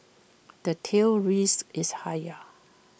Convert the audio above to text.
the tail risk is higher